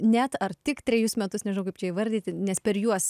net ar tik trejus metus nežinau kaip čia įvardyti nes per juos